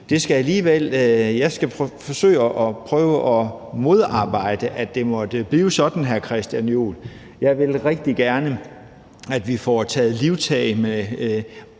Jeg skal forsøge at prøve og modarbejde, at det måtte blive sådan, hr. Christian Juhl. Jeg vil rigtig gerne, at vi får taget livtag med